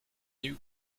new